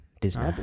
Disney